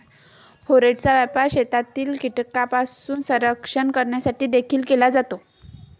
फोरेटचा वापर शेतातील कीटकांपासून संरक्षण करण्यासाठी देखील केला जातो